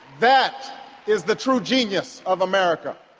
that is the true genius of america.